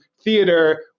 theater